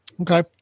Okay